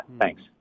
Thanks